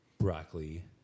broccoli